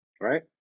Right